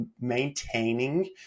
maintaining